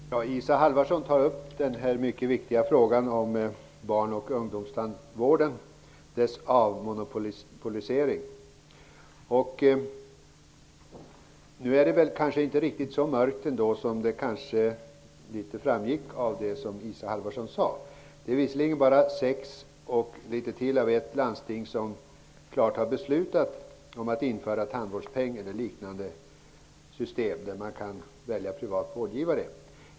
Herr talman! Isa Halvarsson tar upp den mycket viktiga frågan om avmonopoliseringen av tandvården för barn och ungdom. Det är kanske inte riktigt så mörkt som det verkade av det som Isa Halvarsson sade. Det är visserligen bara sex landsting, och kanske ett sjunde, som klart har beslutat om att införa tandvårdspeng eller liknande system där man kan välja privat vårdgivare.